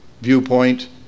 viewpoint